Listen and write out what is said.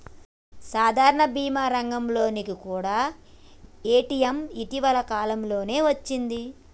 సాధారణ భీమా రంగంలోకి కూడా పేటీఎం ఇటీవల కాలంలోనే వచ్చింది